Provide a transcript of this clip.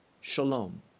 Shalom